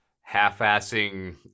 half-assing